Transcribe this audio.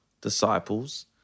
disciples